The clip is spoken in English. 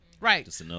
Right